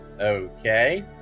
Okay